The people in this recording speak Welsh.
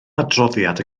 adroddiad